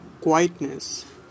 quietness